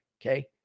okay